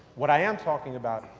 what i am talking about,